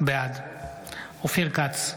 בעד אופיר כץ,